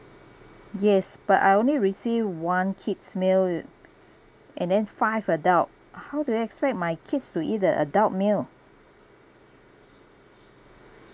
yes but I only received one kids' meal and then five adult how do you expect my kids to eat the adult meal